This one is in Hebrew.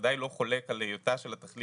בוודאי לא חולק על היותה של התכלית